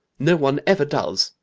no one ever does,